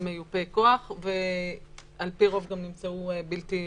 מיופה כוח, ועל פי רוב גם נמצאו בלתי מוצדקות.